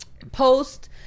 post